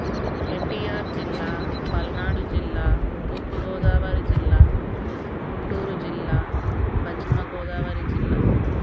ఎన్టీఆర్ జిల్లా పల్నాడు జిల్లా తూర్పు గోదావరి జిల్లా గుంటూరు జిల్లా పశ్చిమ గోదావరి జిల్లా